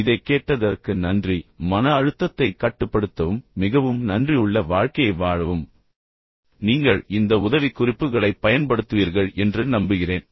இதைக் கேட்டதற்கு நன்றி மன அழுத்தத்தைக் கட்டுப்படுத்தவும் மிகவும் நன்றியுள்ள வாழ்க்கையை வாழவும் நீங்கள் இந்த உதவிக்குறிப்புகளைப் பயன்படுத்துவீர்கள் என்று நம்புகிறேன்